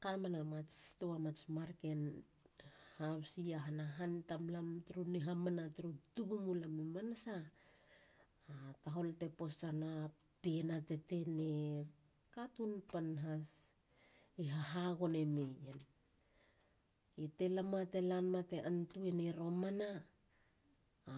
Kamena mats tua mats mar ken hahusi iahana han tam lam turu hamana turu tubu mulam imanasa. A tahol te posana. pien a tetenei. katun pan has iha hagone meyen. I telama. telama. te antuemi romana.